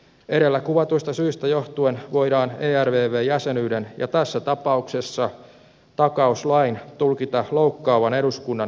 edellä kuvatuista syistä johtuen voidaan ervv jäsenyyden ja tässä tapauksessa takauslain tulkita loukkaavan eduskunnan budjettivaltaa